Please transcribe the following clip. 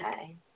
Okay